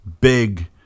big